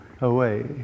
away